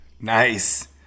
Nice